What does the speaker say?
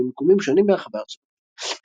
אפ במיקומים שונים ברחבי ארצות הברית.